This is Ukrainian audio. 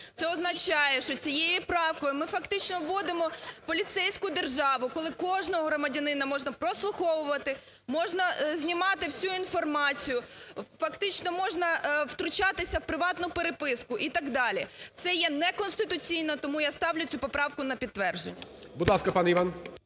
Це означає, що цією правкою ми фактично вводимо поліцейську державу, коли кожного громадянина можна прослуховувати, можна знімати всю інформацію, фактично можна втручатися в приватну переписку і так далі. Це є неконституційно, тому я ставлю цю поправку на підтвердження.